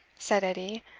said edie,